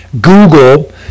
Google